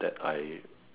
that I